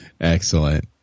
Excellent